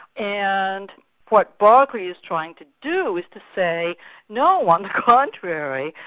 and what berkeley is trying to do is to say no, on the contrary,